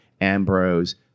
Ambrose